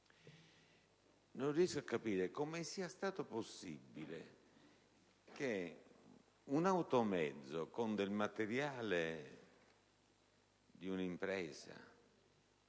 Non riesco a capire come sia stato possibile che un automezzo con del materiale di un'impresa